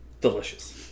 Delicious